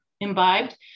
imbibed